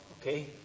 okay